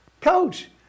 coach